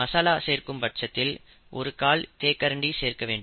மசாலா சேர்க்கும் பட்சத்தில் ஒரு கால் தேக்கரண்டி சேர்க்க வேண்டும்